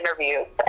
interviews